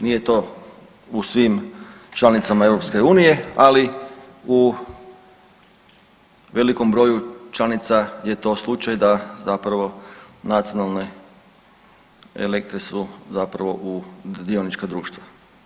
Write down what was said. Nije to u svim članicama EU, ali u velikom broju članica je to slučaj da zapravo nacionalne elektre su zapravo dionička društva.